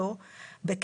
המוצע,